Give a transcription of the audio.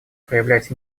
проявлять